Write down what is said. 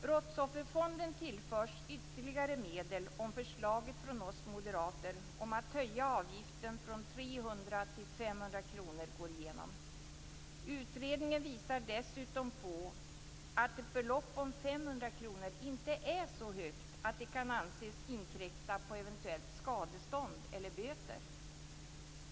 Brottsofferfonden tillförs ytterligare medel om förslaget från oss moderater - om att höja avgiften från 300 kr till 500 kr - går igenom. Utredningen visar dessutom på att ett belopp om 500 kr inte är så högt att det kan anses inkräkta på eventuellt skadestånd eller böter.